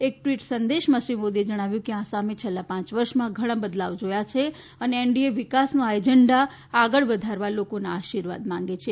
એક ટવીટ સંદેશમાં શ્રી મોદીએ જણાવ્યું હતું કે આસામે છેલ્લા પાંચ વર્ષમાં ઘણા બદલાવ જોયા છે અને એનડીએ વિકાસનો આ એજેંડા આગળ વધારવા લોકોના આશીર્વાદ માંગે છે